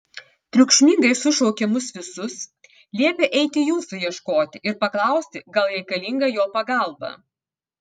triukšmingai sušaukė mus visus liepė eiti jūsų ieškoti ir paklausti gal reikalinga jo pagalba